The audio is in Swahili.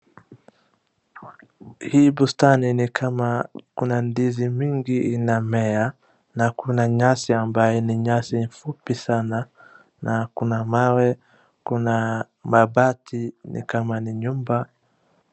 Hii bustani ni kama kuna ndizi mingi inamea na kuna nyasi ambaye ni nyasi fupi sana na mawe, kuna mabati ni kama ni nyumba.